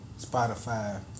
Spotify